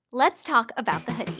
let's talk about the hoodie.